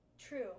True